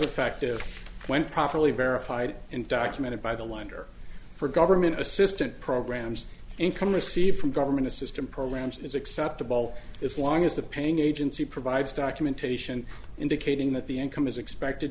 effective when properly verified and documented by the lender for government assistance programs income received from government assistance programs is acceptable as long as the paying agency provides documentation indicating that the income is expected